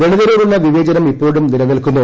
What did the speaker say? ദളിതരോടുള്ള വിവേചനം ഇപ്പോഴും നിലനിൽക്കുന്നു